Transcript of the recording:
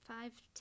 five